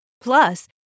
Plus